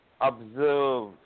observe